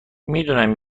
میدونم